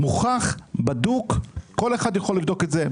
זה מוכח, בדוק, וכל אחד יכול לבדוק את זה.